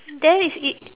then it's it